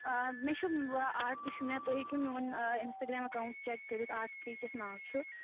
آ مےٚ چھُ آرٹ تہِ چھُ مےٚ تُہۍ ہیٚکِو میٛون اِنَسٹاگرٛام اکاونٹ چیٚک کٔرِتھ آرٹ فریٖک یَتھ ناو چھُ